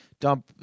dump